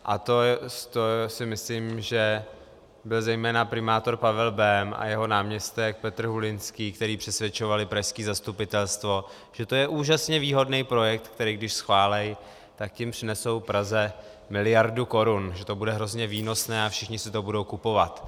A to si myslím, že byl zejména primátor Pavel Bém a jeho náměstek Petr Hulinský, který přesvědčoval i pražské zastupitelstvo, že to je úžasně výhodný projekt, který, když schválí, tak tím přinesou Praze miliardu korun, že to bude hrozně výnosné a všichni si to budou kupovat.